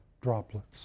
droplets